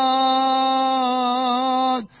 God